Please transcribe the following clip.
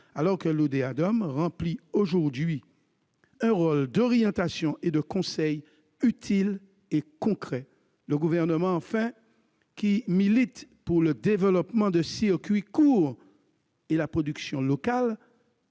alors que l'Odéadom remplit aujourd'hui un rôle d'orientation et de conseil utile et concret. Enfin, le Gouvernement, qui milite pour le développement de circuits courts et la production locale,